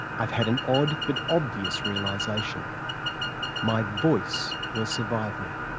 i've had an odd, but obvious, realisation my voice will survive me.